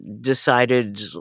decided